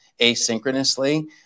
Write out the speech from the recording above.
asynchronously